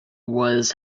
was